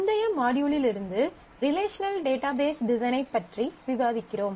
முந்தைய மாட்யூலிலிருந்து relational database டிசைனைப் பற்றி விவாதிக்கிறோம்